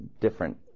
different